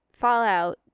Fallout